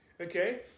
Okay